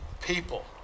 people